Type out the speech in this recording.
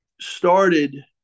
started